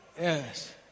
Yes